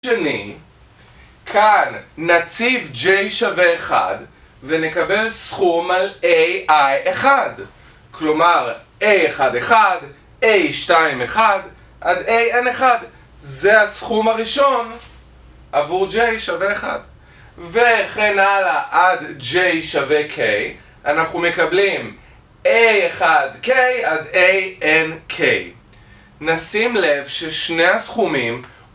שני, כאן נציב j שווה 1 ונקבל סכום על ai1 כלומר, a11, a21 עד an1 זה הסכום הראשון עבור j שווה 1 וכן הלאה עד j שווה k אנחנו מקבלים a1k עד ank נשים לב ששני הסכומים...